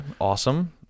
awesome